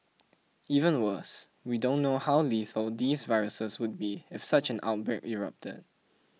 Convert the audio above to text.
even worse we don't know how lethal these viruses would be if such an outbreak erupted